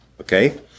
Okay